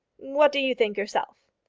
what do you think yourself?